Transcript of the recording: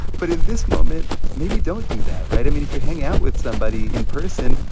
but in this moment, maybe don't do that, right? i mean, if you're hanging out with somebody in person,